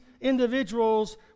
individuals